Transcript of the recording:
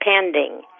pending